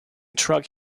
truck